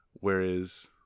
Whereas